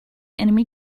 enemy